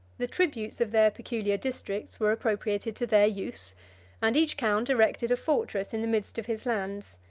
the tributes of their peculiar districts were appropriated to their use and each count erected a fortress in the midst of his lands,